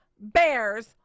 bears